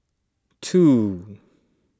two